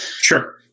Sure